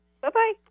Bye-bye